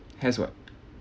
has what